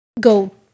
go